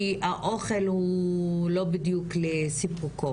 שהאוכל הוא לא בדיוק לסיפוקו